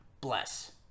bless